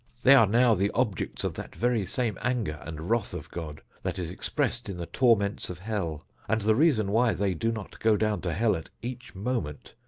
they are now the objects of that very same anger and wrath of god, that is expressed in the torments of hell and the reason why they do not go down to hell at each moment,